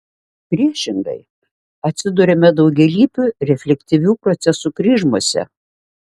priešingai atsiduriama daugialypių reflektyvių procesų kryžmose